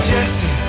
Jesse